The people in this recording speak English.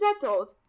settled